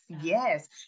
Yes